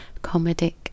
comedic